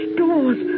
doors